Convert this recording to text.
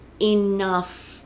enough